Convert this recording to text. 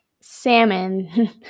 salmon